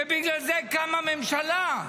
שבגלל זה קמה ממשלה.